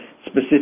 specific